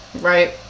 right